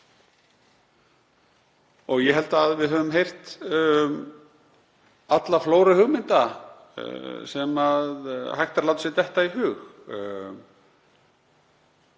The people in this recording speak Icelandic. Ég held að við höfum heyrt alla flóru hugmynda sem hægt er að láta sér detta í hug.